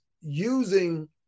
using